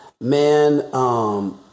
man